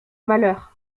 malheur